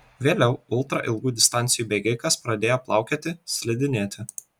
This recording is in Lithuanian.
vėliau ultra ilgų distancijų bėgikas pradėjo plaukioti slidinėti